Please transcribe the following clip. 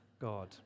God